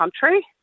country